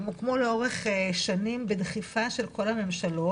הם הוקמו לאורך שנים בדחיפה של כל הממשלות,